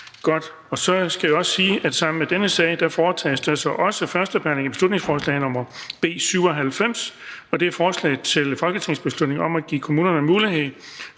Sammen med dette punkt foretages: 7) 1. behandling af beslutningsforslag nr. B 97: Forslag til folketingsbeslutning om at give kommunerne mulighed